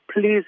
please